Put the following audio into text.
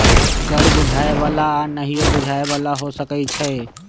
कर बुझाय बला आऽ नहियो बुझाय बला हो सकै छइ